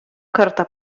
kartą